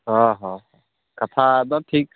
ᱚᱼᱦᱚ ᱠᱟᱛᱷᱟ ᱫᱚ ᱴᱷᱤᱠ